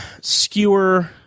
skewer